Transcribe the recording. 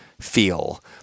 feel